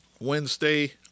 Wednesday